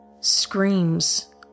Screams